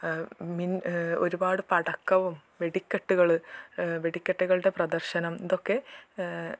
മിൻ ഒരുപാടു പടക്കവും വെടിക്കെട്ടുകൾ വെടിക്കെട്ടുകളുടെ പ്രദർശനം ഇതൊക്കെ